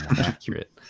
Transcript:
accurate